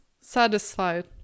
satisfied